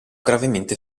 gravemente